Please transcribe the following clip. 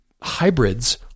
hybrids